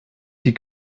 die